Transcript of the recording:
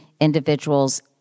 Individuals